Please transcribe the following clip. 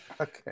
Okay